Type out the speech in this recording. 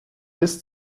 bis